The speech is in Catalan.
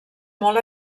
molt